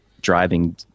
driving